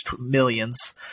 millions